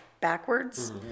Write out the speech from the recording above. backwards